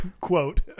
quote